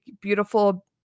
beautiful